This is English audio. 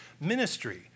ministry